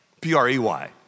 P-R-E-Y